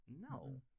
no